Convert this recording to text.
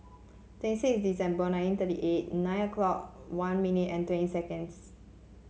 twenty six December nineteen thirty eight nine o'clock one minute and twenty seconds